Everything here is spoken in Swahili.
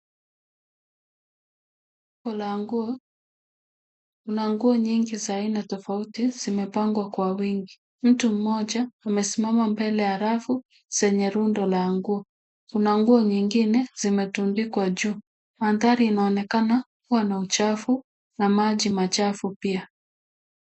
Rundo la nguo, kuna nguo nyingi za aina tofauti zimepangwa kwa wingi. Mtu mmoja amesimama mbele ya rafu zenye rundo la nguo. Kuna nguo nyingine zimetuandikwa juu. Mandhari inaonekana kuwa na uchafu, na maji machafu pia.